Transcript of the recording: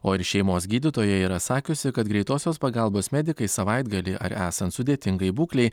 o ir šeimos gydytoja yra sakiusi kad greitosios pagalbos medikai savaitgalį ar esant sudėtingai būklei